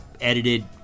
edited